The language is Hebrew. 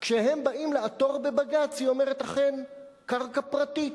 כשהם באים לעתור בבג"ץ היא אומרת: אכן קרקע פרטית,